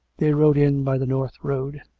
they rode in by the north road,